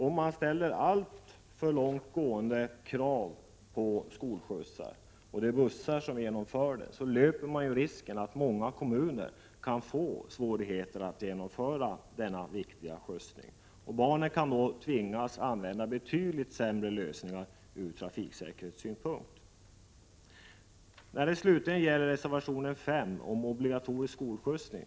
Om man ställer alltför långtgående krav på skolskjutsar och de bussar som genomför skolskjutsning, löper man risken att många kommuner kan få svårigheter att genomföra denna viktiga skjutsning. Barnen kan då tvingas använda betydligt sämre lösningar ur trafiksäkerhetssynpunkt. Slutligen har vi reservation 5 om obligatorisk skolskjutsning.